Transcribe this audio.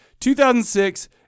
2006